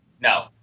No